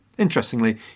Interestingly